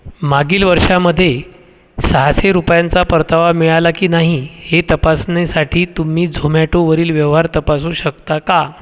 मागील वर्षामधे सहाशे रुपयांचा परतावा मिळाला की नाही हे तपासण्यासाठी तुम्ही झोमॅटोवरील व्यवहार तपासू शकता का